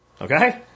Okay